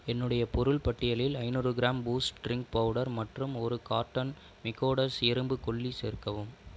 என்னுடைய பொருள் பட்டியலில் ஐநூறு கிராம் பூஸ்ட் ட்ரிங்க் பவுடர் மற்றும் ஒரு கார்ட்டன் மிக்காடோஸ் எறும்புக் கொல்லி சேர்க்கவும்